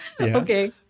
Okay